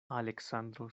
aleksandro